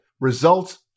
results